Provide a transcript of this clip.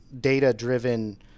data-driven